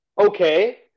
okay